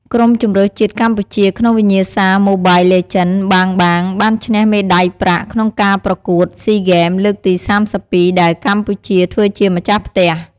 ក្រុមជម្រើសជាតិកម្ពុជាក្នុងវិញ្ញាសា Mobile Legends: Bang Bang បានឈ្នះមេដៃប្រាក់ ក្នុងការប្រកួត SEA Games លើកទី៣២ ដែលកម្ពុជាធ្វើជាម្ចាស់ផ្ទះ។